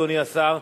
אדוני השר,